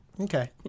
Okay